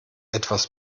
etwas